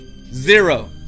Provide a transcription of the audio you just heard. Zero